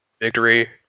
victory